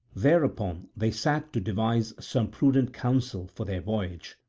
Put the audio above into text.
thereupon they sat to devise some prudent counsel for their voyage,